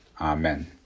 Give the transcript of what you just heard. Amen